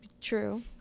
True